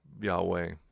Yahweh